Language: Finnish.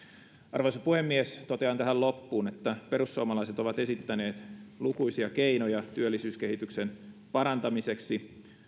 arvoisa puhemies totean tähän loppuun että perussuomalaiset ovat esittäneet lukuisia keinoja työllisyyskehityksen parantamiseksi